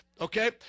okay